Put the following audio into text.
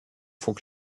font